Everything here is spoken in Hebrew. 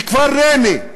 מכפר ריינה,